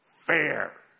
fair